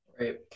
Right